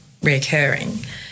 reoccurring